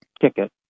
ticket